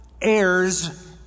heirs